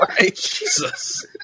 Jesus